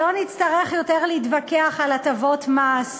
שלא נצטרך להתווכח יותר על הטבות מס,